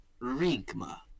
Rinkma